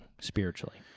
spiritually